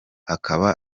hakaba